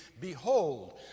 Behold